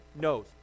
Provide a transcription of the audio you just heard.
knows